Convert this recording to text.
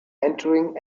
entering